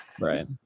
Right